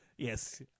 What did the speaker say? Yes